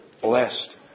blessed